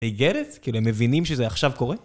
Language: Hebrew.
They get it? כאילו הם מבינים שזה עכשיו קורה?